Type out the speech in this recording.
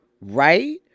Right